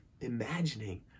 imagining